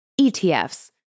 ETFs